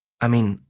i mean,